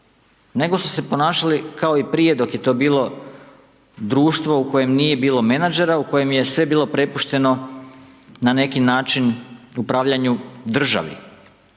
nego su se ponašali kao i prije dok je to bilo društvo u kojem nije bilo menadžera, u kojem je sve bilo prepušteno, na neki način upravljanju državi